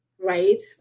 right